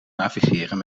navigeren